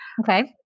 Okay